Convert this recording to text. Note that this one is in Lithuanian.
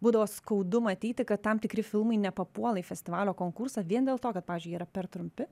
būdavo skaudu matyti kad tam tikri filmai nepapuola į festivalio konkursą vien dėl to kad pavyzdžiui jie yra per trumpi